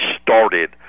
started